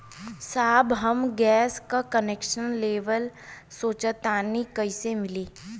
साहब हम गैस का कनेक्सन लेवल सोंचतानी कइसे मिली?